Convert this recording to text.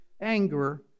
anger